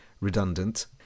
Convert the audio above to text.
redundant